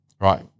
Right